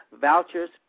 Vouchers